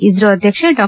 ಇಸ್ತೊ ಅಧ್ಯಕ್ಷ ಡಾ